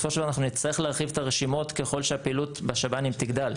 בסופו של דבר אנחנו נצטרך להרחיב את הרשימות ככל שהפעילות בשב"ן תגדל.